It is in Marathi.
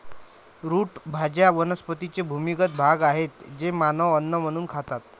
रूट भाज्या वनस्पतींचे भूमिगत भाग आहेत जे मानव अन्न म्हणून खातात